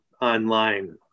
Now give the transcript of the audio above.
online